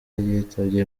yitabye